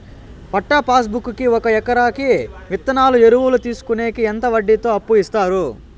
పట్టా passbook కి ఒక ఎకరాకి విత్తనాలు, ఎరువులు తీసుకొనేకి ఎంత వడ్డీతో అప్పు ఇస్తారు?